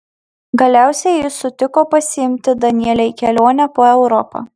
galiausiai jis sutiko pasiimti danielę į kelionę po europą